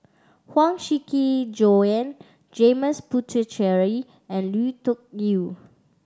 Huang Shiqi Joan James Puthucheary and Lui Tuck Yew